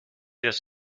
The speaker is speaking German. das